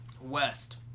West